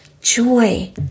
Joy